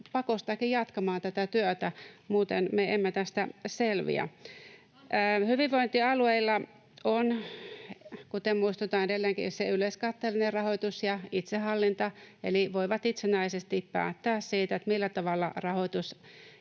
pakostakin jatkamaan tätä työtä, muuten me emme tästä selviä. [Pia Lohikosken välihuuto] Hyvinvointialueilla on, kuten muistutan edelleenkin, yleiskatteellinen rahoitus ja itsehallinta, eli voivat itsenäisesti päättää siitä, millä tavalla rahoitus